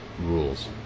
rules